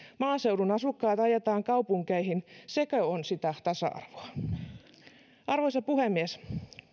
maaseudun asukkaat ajetaan kaupunkeihin sekö on sitä tasa arvoa arvoisa puhemies